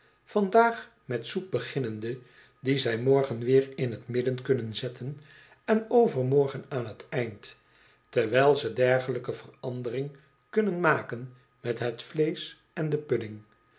vandaag met soep beginnende die zij morgen weer in t midden kunnen zetten en overmorgen aan t eind terwijl ze dergelijke verandering kunnen maken met het vleesch en den pudding